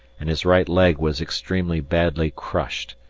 and his right leg was extremely badly crushed,